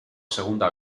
segunda